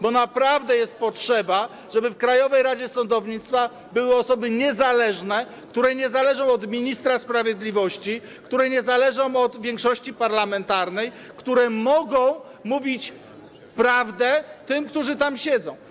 Bo naprawdę jest potrzeba, żeby w Krajowej Radzie Sądownictwa były osoby niezależne, które nie zależą od ministra sprawiedliwości, które nie zależą od większości parlamentarnej, które mogą mówić prawdę tym, którzy tam siedzą.